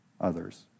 others